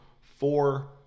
four